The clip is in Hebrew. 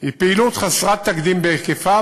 היא פעילות חסרת תקדים בהיקפה,